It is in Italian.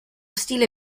stile